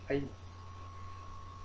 I